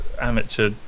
amateur